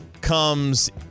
comes